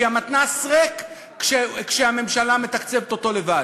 כי המתנ"ס ריק כשהממשלה מתקצבת אותו לבד.